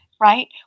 right